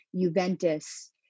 Juventus